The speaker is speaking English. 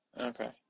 Okay